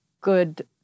good